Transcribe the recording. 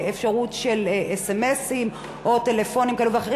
אפשרות של סמ"סים או טלפונים כאלה ואחרים.